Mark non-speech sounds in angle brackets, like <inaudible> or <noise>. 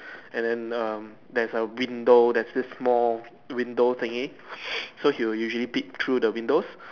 and then um there's a window there's this small window thingy <noise> so he will usually peep through the windows